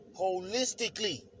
Holistically